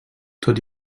tot